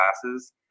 classes